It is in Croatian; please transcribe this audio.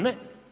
Ne.